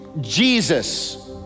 Jesus